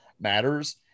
matters